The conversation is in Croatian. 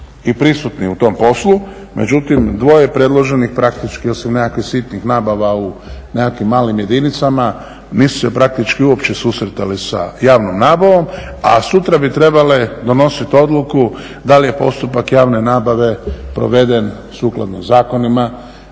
i prisutni u tom poslu. Međutim, dvoje predloženih praktički osim nekakvih sitnih nabava u nekakvim malim jedinicama nisu se praktički uopće susretali sa javnom nabavom, a sutra bi trebale donositi odluku da li je postupak javne nabave proveden sukladno zakonima.